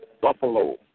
buffalo